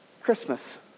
Christmas